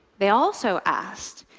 they also asked,